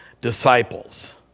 disciples